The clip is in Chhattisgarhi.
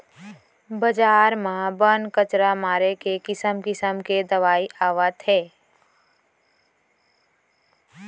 बजार म बन, कचरा मारे के किसम किसम के दवई आवत हे